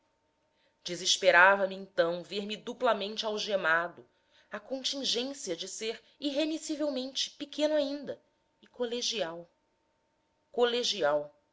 colégio desesperava me então ver-me duplamente algemado à contingência de ser irremissivelmente pequeno ainda e colegial colegial